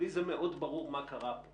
לי זה מאוד ברור מה קרה פה